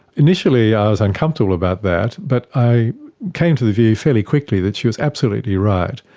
initially i was uncomfortable about that but i came to the view fairly quickly that she was absolutely right.